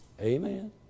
Amen